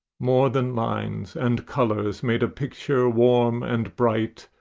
more than lines and colors, made a picture, warm and bright,